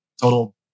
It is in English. total